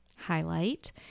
highlight